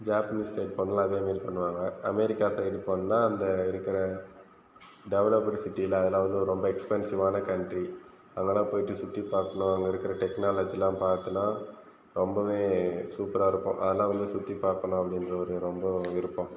Japanese side பங்களா மாதிரி வீடு பண்ணுவாங்க அமெரிக்கா சைட் போனேன்னா அந்த இருக்கிற டெவலப்ட் சிட்டியில் அதெல்லாம் வந்து ரொம்ப எக்ஸ்பென்சிவ்வான கண்ட்ரீ அங்கே எல்லாம் போய்ட்டு சுற்றி பார்க்கணும் அங்கே இருக்கிற டெக்னாலஜிலாம் பார்த்தோன்னா ரொம்பவே சூப்பராக இருக்கும் அதெல்லாம் வந்து சுற்றி பார்க்கணும் அப்படின்ற ஒரு ரொம்ப விருப்பம்